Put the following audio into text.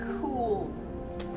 cool